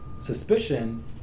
suspicion